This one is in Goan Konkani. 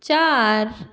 चार